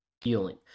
...healing